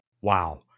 Wow